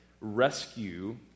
Rescue